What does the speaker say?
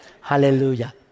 Hallelujah